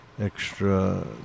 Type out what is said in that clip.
extra